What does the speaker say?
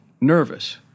nervous